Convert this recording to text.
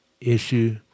issue